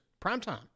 primetime